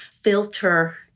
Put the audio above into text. filter